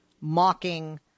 mocking